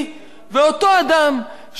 ואותו אדם, תודה.